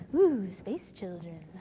whoo space children.